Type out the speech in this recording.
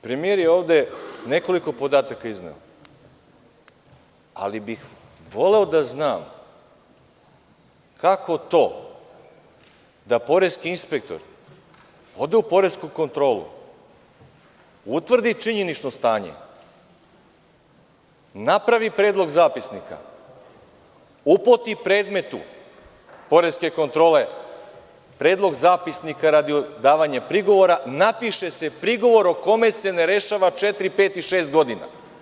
Premijer je ovde nekoliko podataka izneo, ali bih voleo da znam kako to da poreski inspektor ode u poresku kontrolu, utvrdi činjenično stanje, napravi predlog zapisnika, uputi predmetu poreske kontrole predlog zapisnika radi davanja prigovora, napiše se prigovor o kome se ne rešava četiri, pet i šest godina.